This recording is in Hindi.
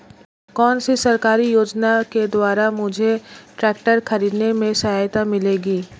कौनसी सरकारी योजना के द्वारा मुझे ट्रैक्टर खरीदने में सहायता मिलेगी?